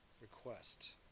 request